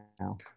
now